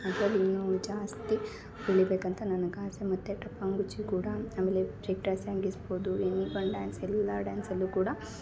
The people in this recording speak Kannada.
ಅದರಲ್ಲೂ ಇನ್ನು ಜಾಸ್ತಿ ಬೆಳಿಬೇಕಂತ ನನಗೆ ಆಸೆ ಮತ್ತು ಟಪ್ಪಾಂಗ್ಗುಚ್ಚಿ ಕೂಡ ಆಮೇಲೆ ಬ್ರೇಕ್ ಡ್ಯಾನ್ಸ್ ಸ್ಯಾಂಗೀಸ್ಬೌದು ಎನಿವನ್ ಡ್ಯಾನ್ಸ್ ಎಲ್ಲಾ ಡ್ಯಾನ್ಸಲ್ಲು ಕೂಡ